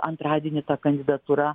antradienį ta kandidatūra